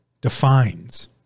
defines